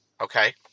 Okay